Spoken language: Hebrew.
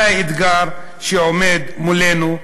זה האתגר שעומד מולנו,